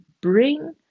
bring